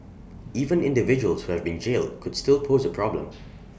even individuals who have been jailed could still pose A problem